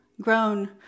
grown